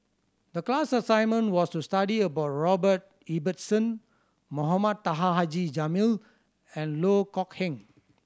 the class assignment was to study about Robert Ibbetson Mohamed Taha Haji Jamil and Loh Kok Heng